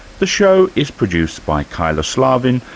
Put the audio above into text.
the show is produced by kyla slaven,